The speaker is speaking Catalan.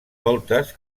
voltes